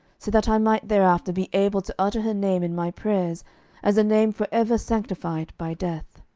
so that i might thereafter be able to utter her name in my prayers as a name for ever sanctified by death.